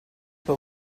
but